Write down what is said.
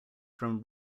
from